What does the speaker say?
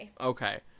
Okay